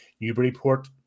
Newburyport